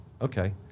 Okay